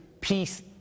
peace